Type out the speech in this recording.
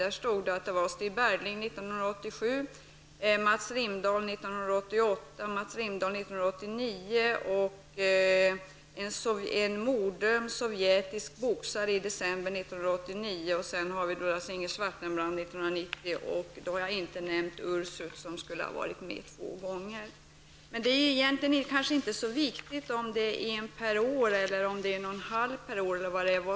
Där stod det att det var Stig Bergling 1987, Mats Rimdahl 1988 och 1989 och Lars-Inge Svartenbrandt 1990. Då har jag inte nämnt Ursut som skall vara med två gånger. Egentligen är det kanske inte så viktigt om det är en, en och en halv per år eller vad det nu är.